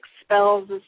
expels